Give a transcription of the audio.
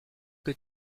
que